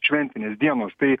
šventinės dienos tai